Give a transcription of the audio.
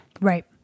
Right